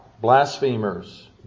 blasphemers